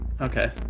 okay